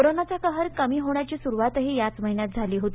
कोरोनाचा कहर कमी होण्याची सुरूवातही याच महिन्यात झाली होती